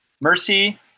Mercy